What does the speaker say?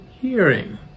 hearing